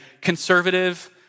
conservative